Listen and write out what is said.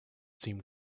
seemed